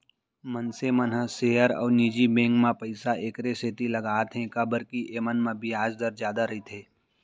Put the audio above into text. मनसे मन ह सेयर अउ निजी बेंक म पइसा एकरे सेती लगाथें काबर के एमन म बियाज दर जादा रइथे